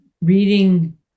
reading